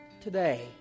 Today